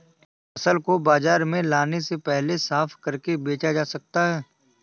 फसल को बाजार में लाने से पहले साफ करके बेचा जा सकता है?